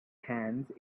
hands